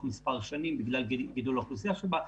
בגלל גידול האוכלוסייה שבה,